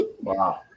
Wow